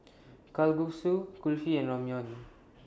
Kalguksu Kulfi and Ramyeon